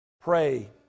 Pray